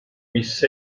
mis